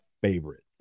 favorite